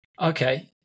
okay